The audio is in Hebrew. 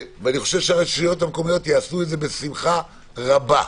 ואני חושב שהרשויות המקומיות יעשו זאת בשמחה רבה,